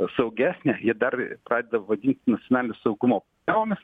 saugesnė jie dar pradeda badyt nu asmeninio saugumo temomis